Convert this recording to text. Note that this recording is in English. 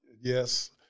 Yes